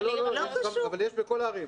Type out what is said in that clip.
ולעיר אחרת --- אבל יש בכל הערים.